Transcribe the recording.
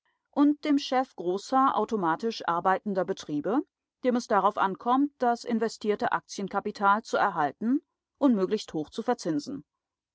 und dem chef großer automatisch arbeitender betriebe dem es darauf ankommt das investierte aktienkapital zu erhalten und möglichst hoch zu verzinsen